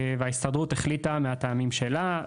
וההסתדרות החליטה מהטעמים שלה,